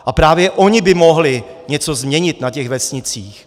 A právě oni by mohli něco změnit na těch vesnicích.